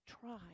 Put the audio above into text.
Try